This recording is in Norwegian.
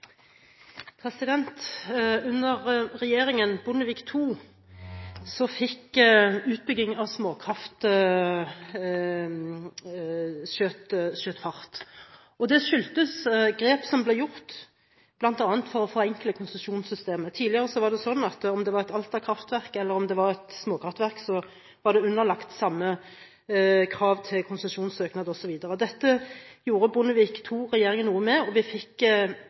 Under regjeringen Bondevik II skjøt utbygging av småkraftverk fart. Det skyldtes grep som ble tatt bl.a. for å forenkle konsesjonssystemet. Tidligere var det sånn at om det var et Altakraftverk eller et småkraftverk, var det underlagt samme krav til konsesjonssøknad osv. Dette gjorde Bondevik II-regjeringen noe med, og vi fikk